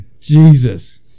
Jesus